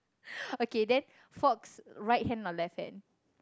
okay then forks right hand or left hand